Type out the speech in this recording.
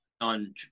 on